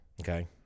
Okay